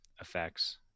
effects